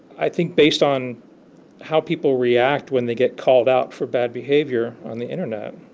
i think based on how people react when they get called out for bad behavior on the internet.